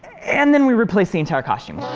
and then we replace the entire costume